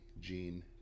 Gene